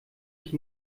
ich